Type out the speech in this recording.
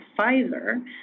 Pfizer